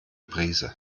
brise